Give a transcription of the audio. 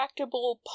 retractable